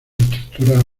estructuras